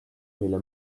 mille